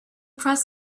press